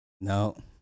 no